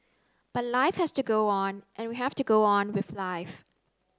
but life has to go on and we have to go on with life